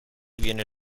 viene